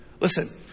listen